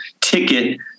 ticket